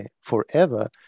forever